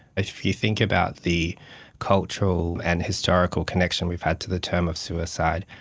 if you think about the cultural and historical connection we've had to the term of suicide,